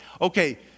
Okay